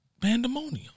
pandemonium